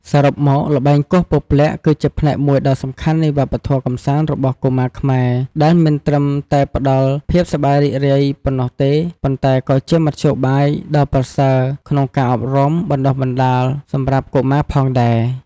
សរុបមក ល្បែងគោះពព្លាក់គឺជាផ្នែកមួយដ៏សំខាន់នៃវប្បធម៌កម្សាន្តរបស់កុមារខ្មែរ ដែលមិនត្រឹមតែផ្ដល់ភាពសប្បាយរីករាយប៉ុណ្ណោះទេ ប៉ុន្តែក៏ជាមធ្យោបាយដ៏ប្រសើរក្នុងការអប់រំ បណ្ដុះបណ្ដាលសម្រាប់កុមារផងដែរ។